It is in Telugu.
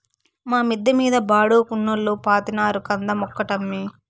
మా మిద్ద మీద బాడుగకున్నోల్లు పాతినారు కంద మొక్కటమ్మీ